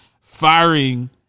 firing